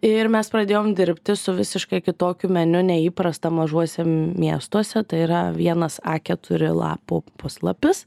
ir mes pradėjom dirbti su visiškai kitokiu meniu neįprasta mažuose miestuose tai yra vienas a keturi lapo puslapis